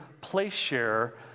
place-share